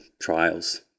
trials